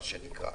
מה שנקרא.